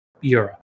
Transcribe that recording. Europe